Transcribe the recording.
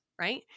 right